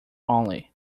only